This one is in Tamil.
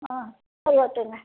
ஆ சரி ஓகேங்க